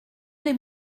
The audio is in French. des